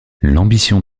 l’ambition